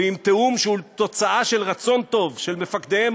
ועם תיאום שהוא תוצאה של רצון טוב של מפקדיהם